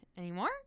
anymore